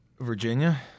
Virginia